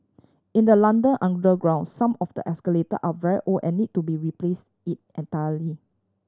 in the London underground some of the escalator are very old and need to be replaced in entirety